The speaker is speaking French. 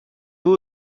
vous